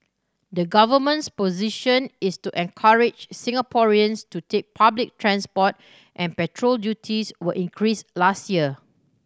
the government's position is to encourage Singaporeans to take public transport and petrol duties were increase last year